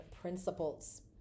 principles